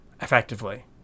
effectively